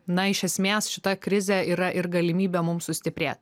na iš esmės šita krizė yra ir galimybė mum sustiprėt